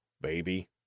baby